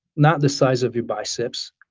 not the size of your biceps.